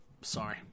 Sorry